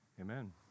amen